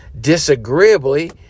disagreeably